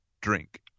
drink